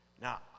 Now